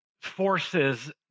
forces